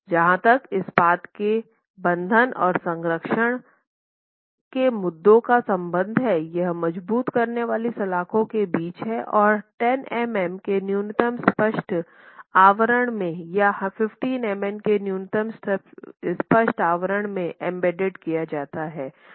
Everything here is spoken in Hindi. जहां तक इस्पात के बंधन और संक्षारण संरक्षण के मुद्दों का संबंध है यह मजबूत करने वाली सलाख़ों के बीच है और 10mm के न्यूनतम स्पष्ट आवरण में या 15mm के न्यूनतम स्पष्ट आवरण में एम्बेडेड किया जाता है